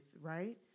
right